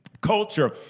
Culture